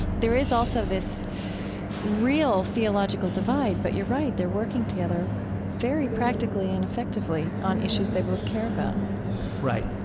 there is also this real theological divide. but you're right, they're working together very practically and effectively on issues they both care about right.